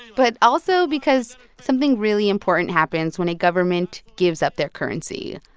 but also because something really important happens when a government gives up their currency.